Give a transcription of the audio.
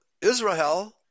Israel